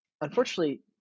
unfortunately